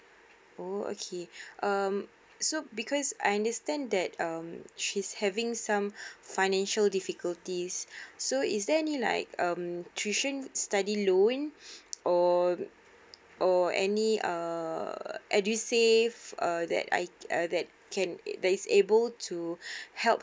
oh okay um so because I understand that um she's having some financial difficulties so is there any like um tuition study loan or or any uh edusave uh that I that can that is able to help